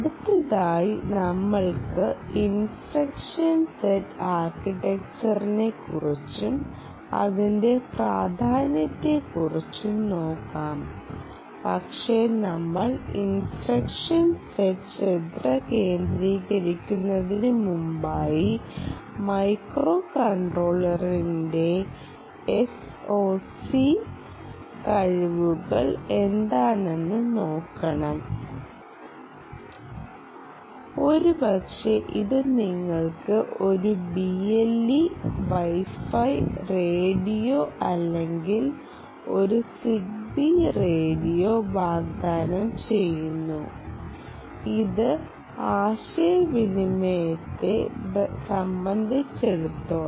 അടുത്തതായി നമ്മൾക്ക് instruction set ആർകിടെക്ച്ചറിനെ കുറിച്ചും അതിന്റെ പ്രാധാന്യത്തെക്കുറിച്ചും നോക്കാം പക്ഷേ നമ്മൾ ഇൻസ്ട്രക്ഷൻ സെറ്റിൽ ശ്രദ്ധ കേന്ദ്രീകരിക്കുന്നതിന് മുമ്പായി മൈക്രോകൺട്രോളറിന്റെ എസ്ഒസി കഴിവുകൾ എന്താണെന്ന് നോക്കണം ഒരുപക്ഷേ ഇത് നിങ്ങൾക്ക് ഒരു BLE വൈഫൈ റേഡിയോ അല്ലെങ്കിൽ ഒരു സിഗ്ബി റേഡിയോ വാഗ്ദാനം ചെയ്യുന്നു ഇത് ആശയവിനിമയത്തെ സംബന്ധിച്ചിടത്തോളം